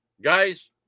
Guys